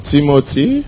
Timothy